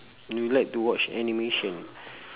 you like to watch animation